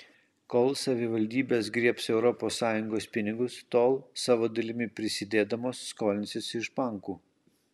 kol savivaldybės griebs europos sąjungos pinigus tol savo dalimi prisidėdamos skolinsis iš bankų